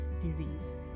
disease